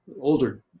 older